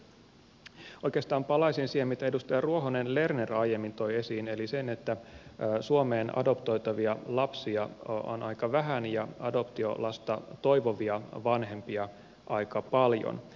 oikeastaan palaisin siihen mitä edustaja ruohonen lerner aiemmin toi esiin eli siihen että suomeen adoptoitavia lapsia on aika vähän ja adoptiolasta toivovia vanhempia aika paljon